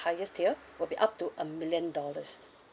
highest tier will be up to a million dollars